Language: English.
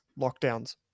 lockdowns